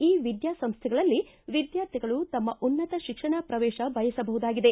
ಈ ವಿದ್ದಾಸಂಸ್ವೆಗಳಲ್ಲಿ ವಿದ್ದಾರ್ಥಿಗಳು ತಮ್ಮ ಉನ್ನತ ಶಿಕ್ಷಣ ಪ್ರವೇಶ ಬಯಸಬಹುದಾಗಿದೆ